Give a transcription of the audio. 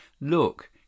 Look